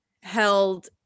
held